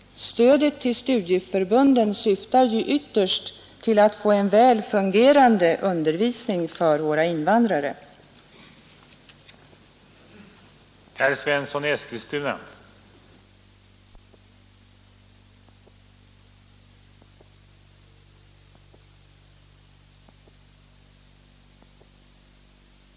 Stödet till studieförbunden syftar ju ytterst till att få en väl fungerande undervisning för våra invandrare. av statliga insatser utfärdade Kommunförbundet en rekommendation enligt vilken kommunala bidrag inte borde utgå till invandrarunder